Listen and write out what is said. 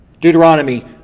Deuteronomy